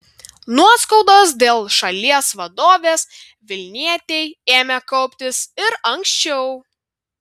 nuoskaudos dėl šalies vadovės vilnietei ėmė kauptis ir anksčiau